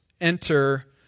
enter